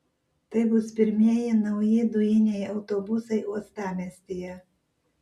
tai bus pirmieji nauji dujiniai autobusai uostamiestyje